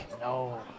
No